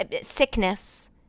sickness